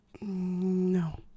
No